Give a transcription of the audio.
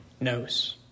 knows